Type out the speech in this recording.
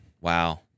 wow